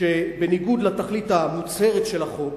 שבניגוד לתכלית המוצהרת של החוק,